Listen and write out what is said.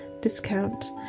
discount